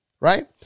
Right